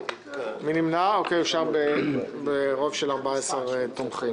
הצבעה בעד - רוב נגד אין נמנעים - אין הצעת החוק התקבלה.